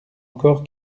encore